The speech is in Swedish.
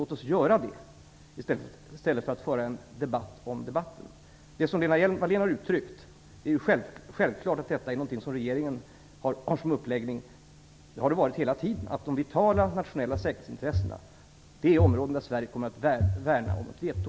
Låt oss göra det i stället för att föra en debatt om debatten. Det som Lena Hjelm-Wallén har uttryckt är självklart något som regeringen har som uppläggning. Det har det varit hela tiden. De vitala nationella säkerhetsintressena är de områden där Sverige kommer att värna om ett veto.